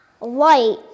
Light